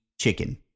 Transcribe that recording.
chicken